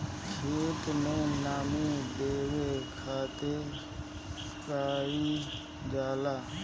खेत के नामी देवे खातिर का कइल जाला?